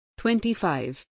25